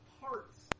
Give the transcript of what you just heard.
parts